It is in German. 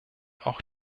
auch